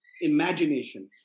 imagination